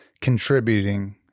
contributing